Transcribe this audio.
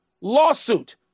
Lawsuit